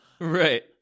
right